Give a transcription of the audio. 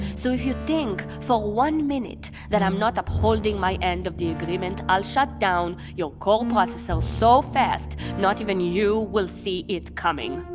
so if you think for one minute that i'm not upholding my end of the agreement, i'll shut down your core processor so fast, not even you will see it coming.